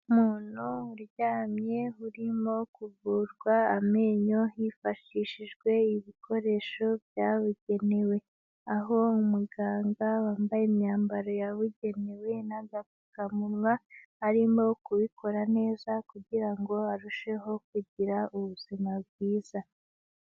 Umuntu uryamye urimo kuvurwa amenyo hifashishijwe ibikoresho byabugenewe, aho muganga wambaye imyambaro yabugenewe n'agapfukamuwa, arimo kubikora neza kugira ngo arusheho kugira ubuzima bwiza.